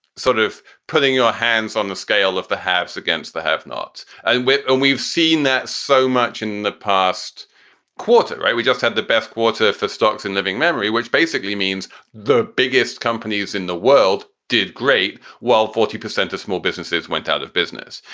sort of putting your hands on the scale of the haves against the have nots. and we've seen that so much in the past quarter. right. we just had the best quarter for stocks in living memory, which basically means the biggest companies in the world did great while forty percent of small businesses went out of business,